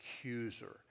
accuser